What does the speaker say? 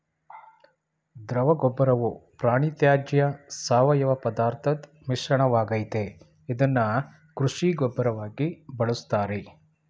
ದ್ರವಗೊಬ್ಬರವು ಪ್ರಾಣಿತ್ಯಾಜ್ಯ ಸಾವಯವಪದಾರ್ಥದ್ ಮಿಶ್ರಣವಾಗಯ್ತೆ ಇದ್ನ ಕೃಷಿ ಗೊಬ್ಬರವಾಗಿ ಬಳುಸ್ತಾರೆ